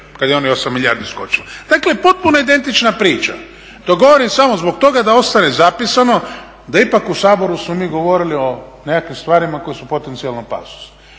kad je onih 8 milijardi skočilo. Dakle, potpuno identična priča. To govorim samo zbog toga da ostane zapisano da ipak u Saboru smo mi govorili o nekakvim stvarima koje su potencijalna opasnost.